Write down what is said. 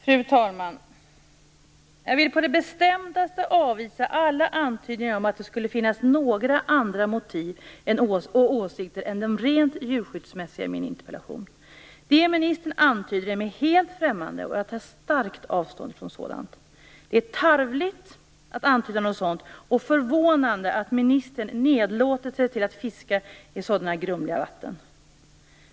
Fru talman! Jag vill på det bestämdaste avvisa alla antydningar om att det skulle finnas några andra motiv och åsikter än de rent djurskyddsmässiga i min interpellation. Det ministern antyder är mig helt främmande och jag tar starkt avstånd från sådant. Det är tarvligt att antyda något sådant, och förvånande att ministern nedlåtit sig till att fiska i sådana grumliga vatten.